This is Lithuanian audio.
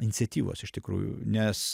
iniciatyvos iš tikrųjų nes